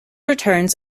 returns